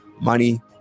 money